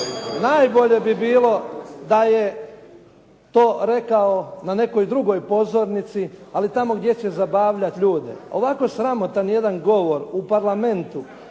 najbolje bi bilo da je to rekao na nekoj drugoj pozornici ali tamo gdje će zabavljati ljude. Ovako sramotan jedan govor u Parlamentu